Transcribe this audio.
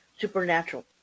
supernatural